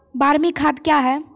बरमी खाद कया हैं?